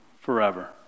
forever